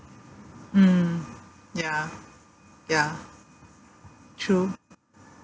mm ya ya true